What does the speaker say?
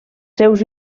seus